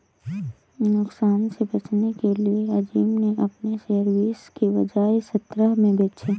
नुकसान से बचने के लिए अज़ीम ने अपने शेयर बीस के बजाए सत्रह में बेचे